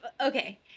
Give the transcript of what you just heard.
okay